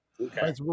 Okay